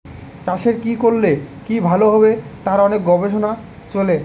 চাষের কি করলে কি ভালো হবে তার অনেক গবেষণা চলে